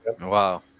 Wow